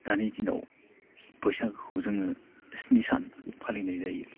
दानि दिनाव बैसागोखौ जोङो स्नि सान फालिनाय जायो